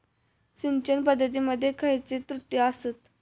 सिंचन पद्धती मध्ये खयचे त्रुटी आसत?